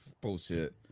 bullshit